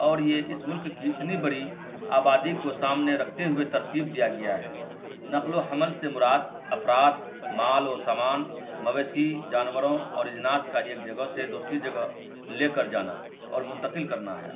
اور یہ اس ملک کی اتنی بڑی آبادی کو سامنے رکھتے ہوئے ترتیب دیا گیا ہے نقل و حمل سے مراد افراد مال و سامان مویشی جانوروں اور اجناس کا ایک جگہ سے دوسری جگہ لے کر جانا اور منتقل کرنا ہے